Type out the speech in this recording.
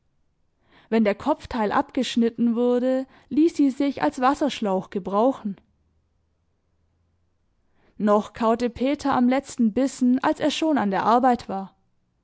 wenn der kopfteil abgeschnitten wurde ließ sie sich als wasserschlauch gebrauchen noch kaute peter am letzten bissen als er schon an der arbeit war